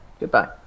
Goodbye